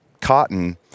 cotton